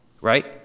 right